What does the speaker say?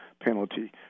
penalty